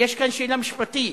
יש כאן שאלה משפטית,